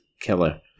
Killer